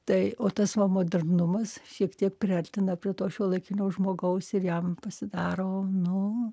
tai o tas va modernumas šiek tiek priartina prie to šiuolaikinio žmogaus ir jam pasidaro nu